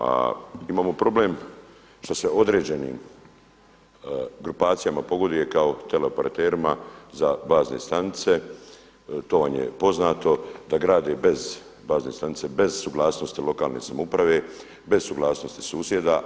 A imamo problem što se određenim grupacijama pogoduje kao teleoperaterima za bazne stanice, to vam je poznato, da grade bez, bazne stanice bez suglasnosti lokalne samouprave, bez suglasnosti susjeda.